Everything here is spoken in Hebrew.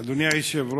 אדוני היושב-ראש,